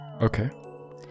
Okay